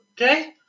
okay